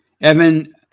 Evan